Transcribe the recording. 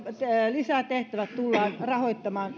lisätehtävät tullaan rahoittamaan